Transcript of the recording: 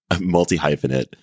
multi-hyphenate